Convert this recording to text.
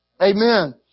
Amen